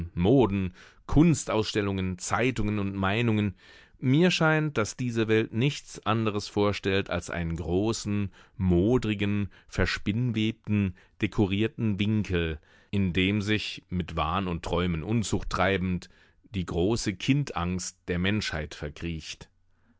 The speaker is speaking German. moden kunstausstellungen zeitungen und meinungen mir scheint daß diese welt nichts anderes vorstellt als einen großen modrigen verspinnwebten dekorierten winkel in dem sich mit wahn und träumen unzucht treibend die große kind angst der menschheit verkriecht